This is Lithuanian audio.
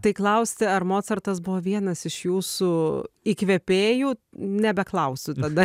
tai klausti ar mocartas buvo vienas iš jūsų įkvėpėjų nebeklausiu tada